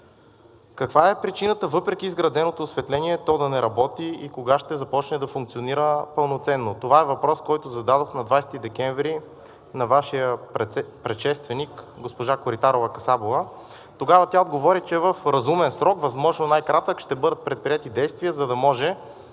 Каква е причината въпреки изграденото осветление то да не работи и кога ще започне да функционира пълноценно? Това е въпрос, който зададох на 20 декември на Вашия предшественик госпожа Коритарова-Касабова. Тогава тя отговори, че в разумен срок, възможно най-кратък, ще бъдат предприети действия, за да може